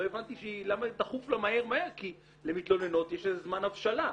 לא הבנתי למה דחוף לה מהר מהר כי למתלוננות יש איזה זמן הבשלה.